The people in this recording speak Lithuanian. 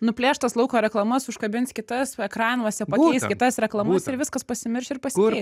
nuplėš tas lauko reklamas užkabins kitas ekranuose pakeis kitas reklamuos ir viskas pasimirš ir pasikei